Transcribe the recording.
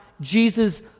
Jesus